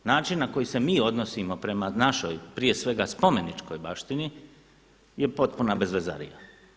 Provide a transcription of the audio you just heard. Način na koji se mi odnosimo prema našoj, prije svega spomeničkoj baštini je potpuna bezvezarija.